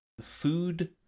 food